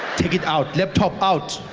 take it out, laptop out,